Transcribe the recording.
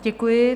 Děkuji.